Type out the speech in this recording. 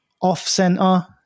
off-center